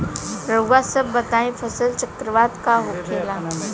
रउआ सभ बताई फसल चक्रवात का होखेला?